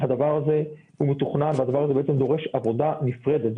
הדבר הזה הוא מתוכנן והדבר הזה דורש עבודה נפרדת.